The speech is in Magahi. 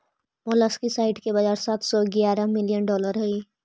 मोलस्कीसाइड के बाजार सात सौ ग्यारह मिलियन अमेरिकी डॉलर हई